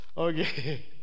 Okay